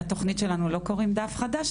לתוכנית שלנו לא קוראים דף חדש.